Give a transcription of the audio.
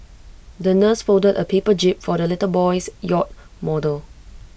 the nurse folded A paper jib for the little boy's yacht model